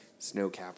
snowcap